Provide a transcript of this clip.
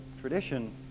tradition